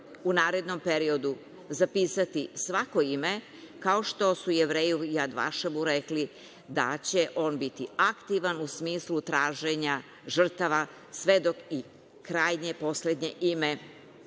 u narednom periodu zapisati svako ime, kao što su Jevreji u Jad Vašemu rekli da će on biti aktivan u smislu traženja žrtava sve dok i krajnje, poslednje ime